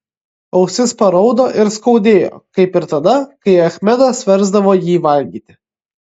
ausis paraudo ir skaudėjo kaip ir tada kai achmedas versdavo jį valgyti